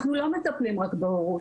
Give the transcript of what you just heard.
אנחנו לא מטפלים רק בהורות.